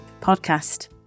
Podcast